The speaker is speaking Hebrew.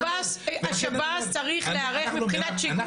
שב"ס צריך להיערך מבחינת שיקום.